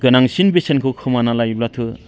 गोनांसिन बेसेनखौ खोमाना लायोब्लाथ'